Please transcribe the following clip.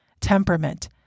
temperament